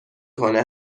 کنه